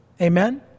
Amen